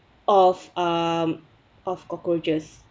of um of cockroaches